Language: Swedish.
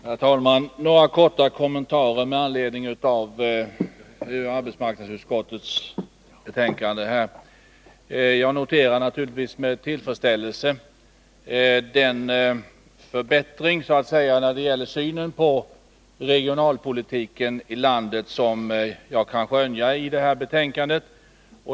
Herr talman! Jag vill göra några korta kommentarer med anledning av arbetsmarknadsutskottets betänkande. Jag noterar naturligtvis med tillfredsställelse den förbättring när det gäller synen på regionalpolitiken i landet som jag kan skönja i betänkandet.